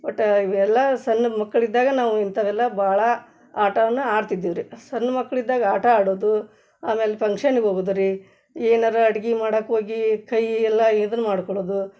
ಒಟ್ಟು ಇವೆಲ್ಲ ಸಣ್ ಮಕ್ಕಳಿದ್ದಾಗ ನಾವು ಇಂಥವೆಲ್ಲ ಭಾಳ ಆಟವನ್ನು ಆಡ್ತಿದ್ದೀವಿ ರೀ ಸಣ್ ಮಕ್ಳಿದ್ದಾಗ ಆಟ ಆಡೋದು ಆಮ್ಯಾಲೆ ಫಂಕ್ಷನ್ಗೆ ಹೋಗೋದು ರೀ ಏನಾರೂ ಅಡ್ಗೆ ಮಾಡಕ್ಕ ಹೋಗಿ ಕೈ ಎಲ್ಲ ಇದನ್ನು ಮಾಡಿಕೊಳ್ಳೋದು